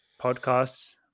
podcasts